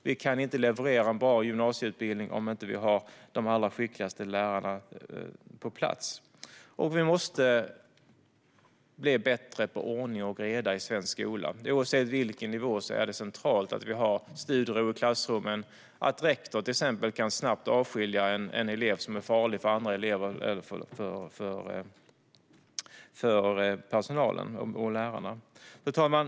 Vi kan inte leverera en bra gymnasieutbildning om vi inte har de allra skickligaste lärarna på plats. Vi måste dessutom bli bättre på ordning och reda i svensk skola. Oavsett nivå är det centralt att det finns studiero i klassrummen och att rektorn till exempel snabbt kan avskilja en elev som är farlig för andra elever eller för personalen och lärarna. Fru talman!